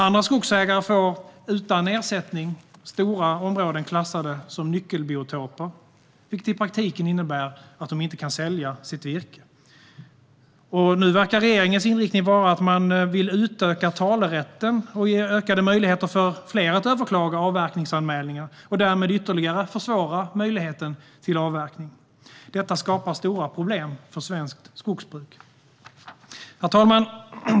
Vissa skogsägare får, utan ersättning, stora områden klassade som nyckelbiotoper, vilket i praktiken innebär att de inte kan sälja sitt virke. Och nu verkar regeringens inriktning vara att utöka talerätten och ge ökade möjligheter för fler att överklaga avverkningsanmälningar och därmed ytterligare försvåra möjligheterna till avverkning. Detta skapar stora problem för svenskt skogsbruk. Herr talman!